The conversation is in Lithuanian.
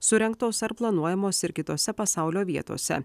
surengtos ar planuojamos ir kitose pasaulio vietose